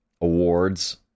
Awards